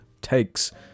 takes